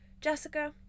Jessica